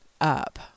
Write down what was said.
up